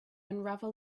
unravel